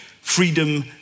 freedom